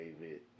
David